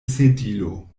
sedilo